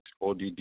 ODD